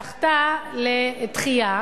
זכתה לדחייה.